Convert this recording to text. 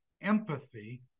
Empathy